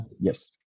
Yes